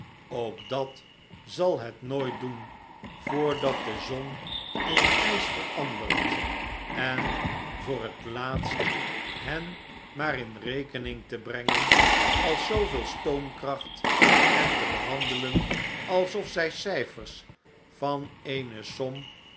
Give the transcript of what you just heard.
ook dat zal het nooit doen voordat de zon in ijs verandert en voor het laatst hen maar in rekening te brengen als zooveel stoomkracht en te behandelen alsof zii cijfers van eene som